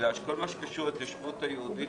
בגלל שכל מה שקשור להתיישבות היהודית